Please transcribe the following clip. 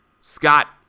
Scott